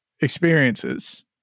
experiences